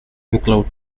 include